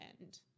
end